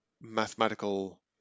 mathematical